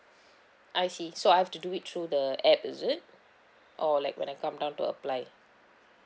I see so I have to do it through the app is it or like when I come down to apply